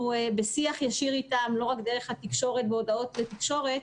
אנחנו בשיח ישיר איתם ולא רק דרך הודעות בתקשורת.